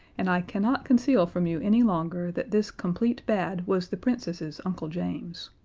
and i cannot conceal from you any longer that this complete bad was the princess's uncle james.